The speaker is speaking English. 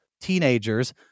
teenagers